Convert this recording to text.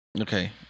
Okay